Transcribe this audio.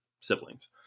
siblings